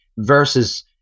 versus